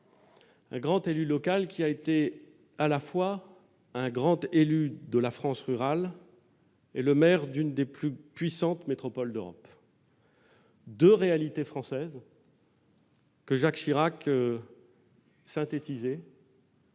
ans. Ainsi, il aura été à la fois un grand élu de la France rurale et le maire d'une des plus puissantes métropoles d'Europe- deux réalités françaises que Jacques Chirac synthétisait